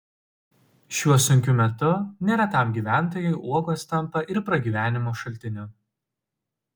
šiuo sunkiu metu neretam gyventojui uogos tampa ir pragyvenimo šaltiniu